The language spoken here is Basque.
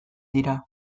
dira